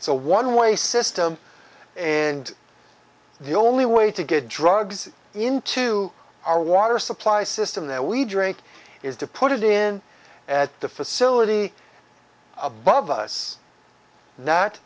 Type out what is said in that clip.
a one way system and the only way to get drugs into our water supply system that we drink is to put it in at the facility above us no